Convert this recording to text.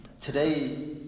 Today